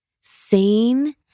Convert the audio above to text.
seen